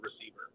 receiver